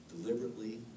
deliberately